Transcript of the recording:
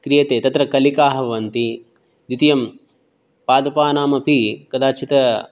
क्रियते तत्र कलिकाः भवन्ति द्वितीयं पादपानामपि कदाचित्